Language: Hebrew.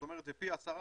זאת אומרת זה פי עשרה.